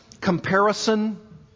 comparison